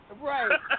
Right